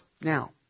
now